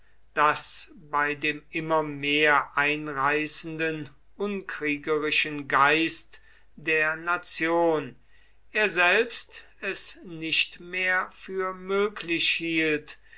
daß bei dem immer mehr einreißenden unkriegerischen geist der nation er selbst es nicht mehr für möglich hielt